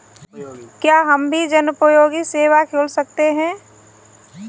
क्या हम भी जनोपयोगी सेवा खोल सकते हैं?